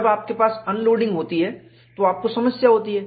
जब आपके पास अनलोडिंग होती है तो आपको समस्या होती है